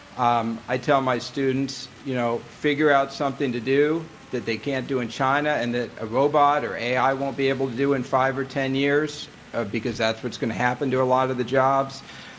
um i tell my students, you know figure out something to do that they can't do in china and that a robot or ai won't be able to do in five or ten years, ah because that's what's going to happen to a lot of the jobs.